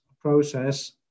process